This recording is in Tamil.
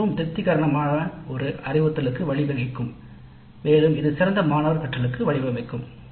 இது மிகவும் திருப்திகரமான ஒரு அறிவுறுத்தல் மற்றும் இது சிறந்த மாணவர் கற்றலுக்கு வழிவகுக்கும்